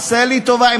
עשה לי טובה.